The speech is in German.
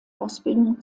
ausbildung